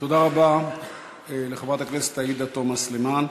תודה רבה לחברת הכנסת עאידה תומא סלימאן.